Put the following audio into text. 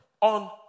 on